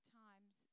times